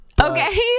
Okay